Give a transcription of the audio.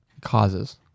Causes